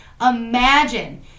imagine